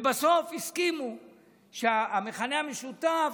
ובסוף הסכימו על המכנה המשותף: